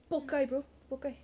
pokai bro pokai